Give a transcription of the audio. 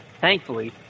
Thankfully